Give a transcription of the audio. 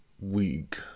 week